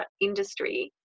industry